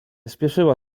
spieszyła